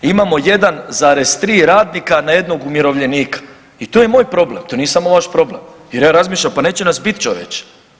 Imamo 1,3 radnika na jednog umirovljenika i to je i moj problem, to nije samo vaš problem jer ja razmišljam pa neće nas biti čovječe.